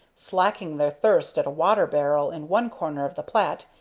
slaking their thirst at a water-barrel in one corner of the plat,